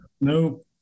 nope